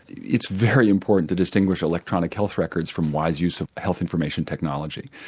it's very important to distinguish electronic health records from wise use of health information technology.